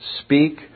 speak